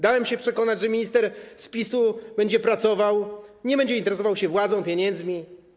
Dałem się przekonać, że minister z PiS-u będzie pracował, nie będzie interesował się władzą, pieniędzmi.